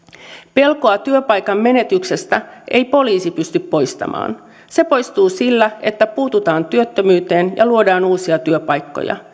pelkoa työpaikan menetyksestä ei poliisi pysty poistamaan se poistuu sillä että puututaan työttömyyteen ja luodaan uusia työpaikkoja